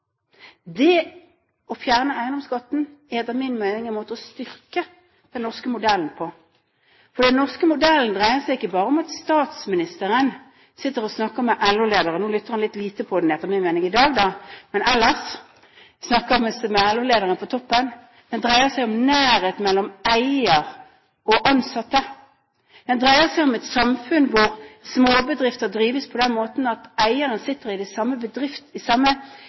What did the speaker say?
Det å fjerne eiendomsskatten er etter min mening en måte å styrke den norske modellen på, for den norske modellen dreier seg ikke bare om at statsministeren sitter og snakker med LO-lederen på toppen – nå lytter han litt lite på ham i dag, etter min mening. Det dreier seg om nærhet mellom eier og ansatte. Det dreier seg om et samfunn hvor småbedrifter drives på den måten at eieren sitter i det samme idrettslagsstyre som de ansatte, bidrar med sponsormidler, handler på den samme